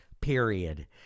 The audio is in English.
period